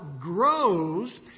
grows